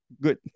good